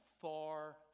far